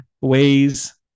ways